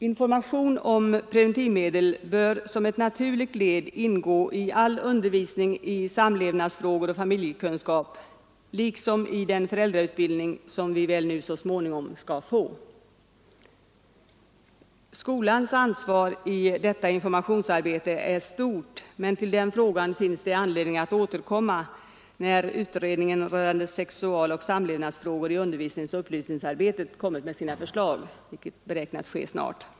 Information om preventivmedel bör som ett naturligt led ingå i all undervisning i samlevnadsfrågor och familjekunskap liksom i den föräldrautbildning som vi väl nu så småningom skall få. Skolans ansvar i detta informationsarbete är stort, men till den frågan finns det anledning att återkomma när utredningen rörande sexualoch samlevnadsfrågor i undervisningsoch upplysningsarbetet kommit med sina förslag vilket beräknas ske snart.